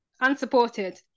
unsupported